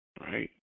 Right